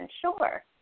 Sure